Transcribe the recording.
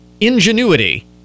Ingenuity